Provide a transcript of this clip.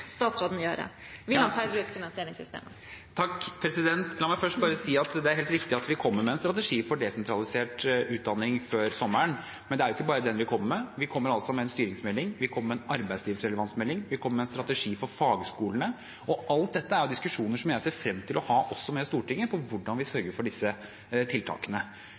statsråden gjøre? Vil han ta i bruk finansieringssystemene? La meg først bare si at det er helt riktig at vi kommer med en strategi for desentralisert utdanning før sommeren, men det er ikke bare den vi kommer med. Vi kommer med en styringsmelding, vi kommer med en arbeidslivsrelevansmelding, og vi kommer med en strategi for fagskolene. Alt dette er diskusjoner som jeg ser frem til å ha også med Stortinget – om hvordan vi sørger for disse tiltakene.